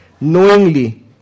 knowingly